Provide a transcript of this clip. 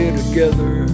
together